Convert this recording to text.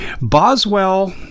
boswell